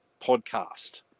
podcast